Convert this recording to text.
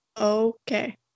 okay